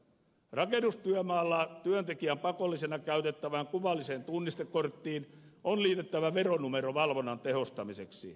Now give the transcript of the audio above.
rakennustyömaalla työntekijän pakollisena käytettävään kuvalliseen tunnistekorttiin on liitettävä veronumero valvonnan tehostamiseksi